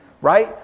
right